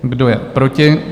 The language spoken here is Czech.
Kdo je proti?